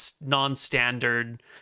non-standard